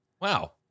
Wow